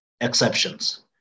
exceptions